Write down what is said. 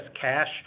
cash